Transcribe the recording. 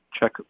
check